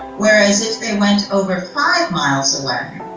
whereas if they went over five miles, aware,